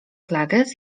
klages